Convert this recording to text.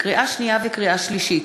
לקריאה שנייה ולקריאה שלישית: